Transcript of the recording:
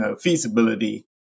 feasibility